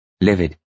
Livid